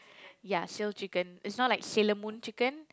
ya sail chicken it's not like Sailor-Moon chicken